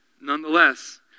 nonetheless